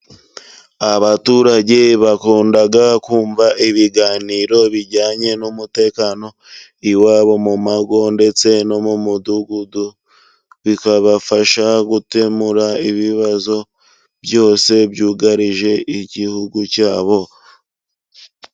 Abaturage bakunda kumva ibiganiro bijyanye n'umutekano, iwabo mu mago ndetse no mu mudugudu, bikabafasha gukemura ibibazo byose byugarije igihugu cyabo.